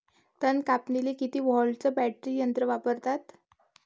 तन कापनीले किती व्होल्टचं बॅटरी यंत्र वापरतात?